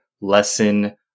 lesson